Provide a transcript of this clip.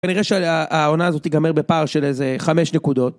כנראה שהעונה הזאת תיגמר בפער של איזה 5 נקודות.